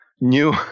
new